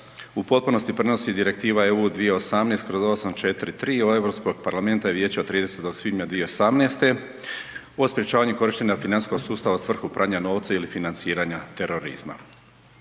u potpunosti prenosi Direktiva EU 2018/843 od Europskog parlamenta i vijeća od 30. svibnja 2018. o sprječavanju korištenja financijskog sustava u svrhu pranja novca ili financiranja terorizma.